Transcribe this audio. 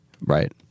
Right